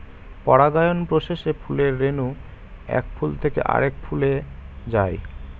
পরাগায়ন প্রসেসে ফুলের রেণু এক ফুল থেকে আরেক ফুলে যায়